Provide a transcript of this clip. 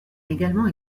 également